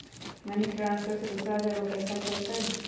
Money transfer से दूसरा जगह पईसा चलतई?